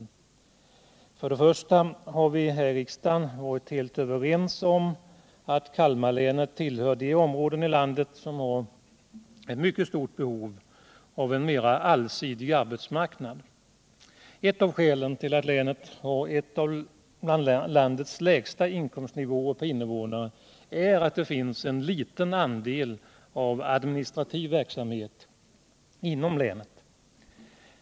Nr 55 För det första har vi här i fiksdagen varit helt överens om att Kal Fredagen den marlänet tillhör de områden i landet som har ett mycket stort behov 16'december 1977 av en mer allsidig arbetsmarknad. Ett av skälen till att länet har en av landets lägsta inkomstnivåer räknat per innevånare är att det finns = Inrättande av en liten andel av administrativ verksamhet i länet.